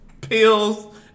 Pills